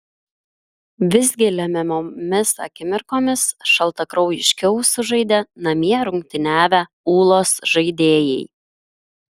visgi lemiamomis akimirkomis šaltakraujiškiau sužaidė namie rungtyniavę ūlos žaidėjai